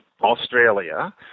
Australia